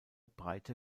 breite